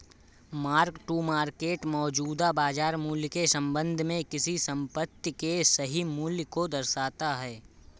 mark to market मौजूदा बाजार मूल्य के संबंध में किसी संपत्ति के सही मूल्य को दर्शाता है